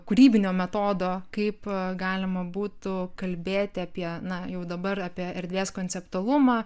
kūrybinio metodo kaip galima būtų kalbėti apie na jau dabar apie erdvės konceptualumą